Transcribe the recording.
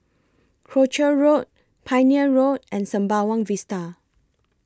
Croucher Road Pioneer Road and Sembawang Vista